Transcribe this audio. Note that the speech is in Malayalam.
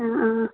ആ